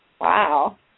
Wow